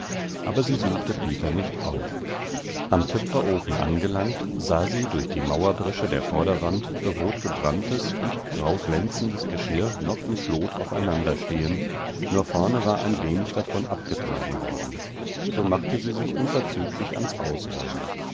aber sie suchte peter nicht auf am töpferofen angelangt sah sie durch die mauerbresche der vorderwand rotgebranntes und grauglänzendes geschirr noch im schlot aufeinanderstehen nur vorne war ein wenig davon abgetragen worden so machte sie sich unverzüglich ans ausräumen